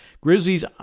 Grizzlies